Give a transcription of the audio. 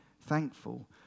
thankful